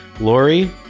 Lori